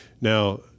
Now